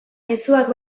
mezuak